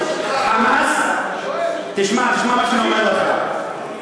"חמאס" נפתלי בנט רוצה שלום?